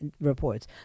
reports